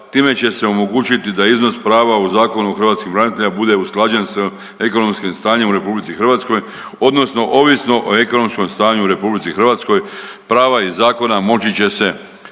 Time će se omogućiti da iznos prava u Zakonu o hrvatskim braniteljima bude usklađen s ekonomskim stanjem u RH odnosno ovisno o ekonomskom stanju u RH prava iz zakona moći će se